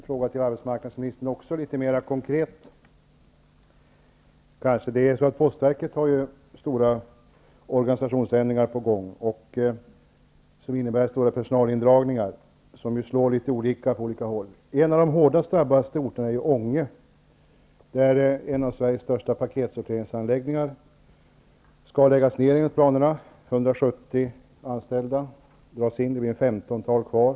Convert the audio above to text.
Fru talman! Jag har en mer konkret fråga till arbetsmarknadsministern. Postverket har stora organisationsändringar på gång. Det innebär stora personalindragningar, vilket slår litet olika på olika håll. En av de hårdast drabbade orterna är Ånge, där en av Sveriges största paketsorteringsanläggningar skall läggas ned enligt planerna. 170 anställda mister sitt arbete. Det blir ett femtontal kvar.